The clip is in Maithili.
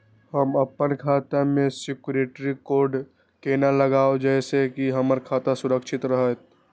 हम अपन खाता में सिक्युरिटी कोड केना लगाव जैसे के हमर खाता सुरक्षित रहैत?